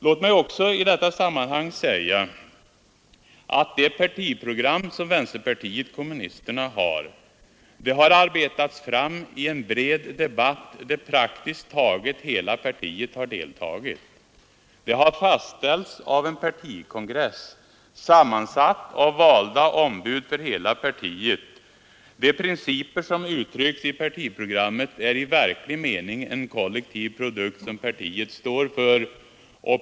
Låt mig också i detta sammanhang säga att vänsterpartiet kommunisternas partiprogram har arbetats fram i en bred debatt där praktiskt taget hela partiet har deltagit. Det har fastställts av en partikongress, sammansatt av valda ombud för hela partiet. De principer som uttrycks i partiprogrammet är en i verklig mening kollektiv produkt som partiet står för.